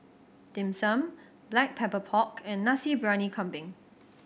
Dim Sum Black Pepper Pork and Nasi Briyani Kambing